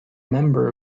member